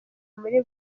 muri